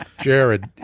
Jared